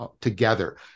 together